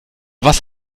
was